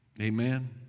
Amen